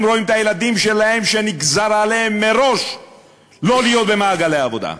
הם רואים את הילדים שלהם שנגזר עליהם מראש לא להיות במעגל העבודה.